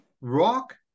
Rock